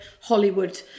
hollywood